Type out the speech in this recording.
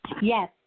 Yes